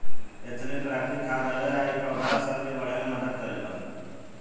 ethylene प्राकृतिक खाद हवे आ इ पौधा सन के बढ़े में मदद करेला